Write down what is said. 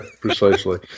precisely